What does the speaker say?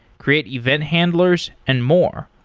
create event handlers and more,